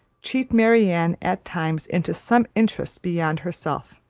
cheat marianne, at times, into some interest beyond herself,